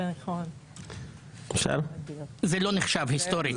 זה לא נחשב היסטורית.